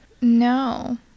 No